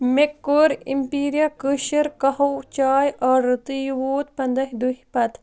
مےٚ کوٚر اٮ۪مپیٖرِیا کٲشِر قہوٕ چاے آرڈر تہٕ یہِ ووت پَنٛداہٕے دۄہ پتہٕ